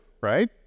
right